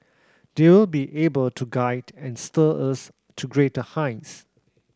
they will be able to guide and steer us to greater heights